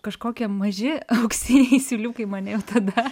kažkokie maži auksiniai siūliukai mane jau tada